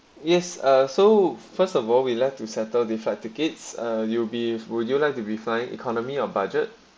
yes uh so first of all we left to settle the flight tickets you beef would you like to be flying economy on budget